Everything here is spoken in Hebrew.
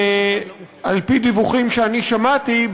על-פי דיווחים שאני שמעתי,